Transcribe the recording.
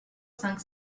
cinq